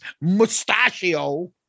mustachio